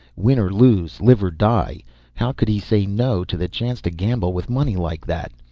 win or lose live or die how could he say no to the chance to gamble with money like that!